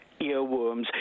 earworms